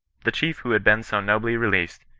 the chief who had been so nobly released,